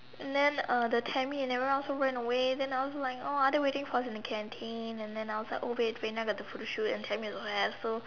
and then uh the Tammy and everyone also ran away then I was like oh are they waiting for us in the canteen and then I was like oh wait Vena got the photoshoot Tammy also have so